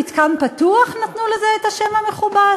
"מתקן פתוח", נתנו לזה את השם המכובס?